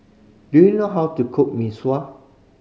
do you know how to cook Mee Sua